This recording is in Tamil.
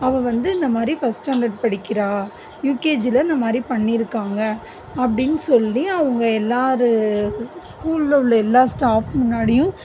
அவள் வந்து இந்தமாதிரி ஃபஸ்ட் ஸ்டாண்டர்ட் படிக்கின்றா யூகேஜியில் இந்தமாதிரி பண்ணியிருக்காங்க அப்படின்னு சொல்லி அவங்க எல்லோரு ஸ்கூலில் உள்ள எல்லா ஸ்டாஃப் முன்னாடியும்